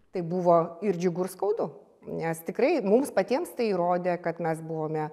tai buvo ir džiugu ir skaudu nes tikrai mums patiems tai įrodė kad mes buvome